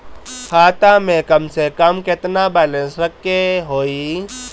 खाता में कम से कम केतना बैलेंस रखे के होईं?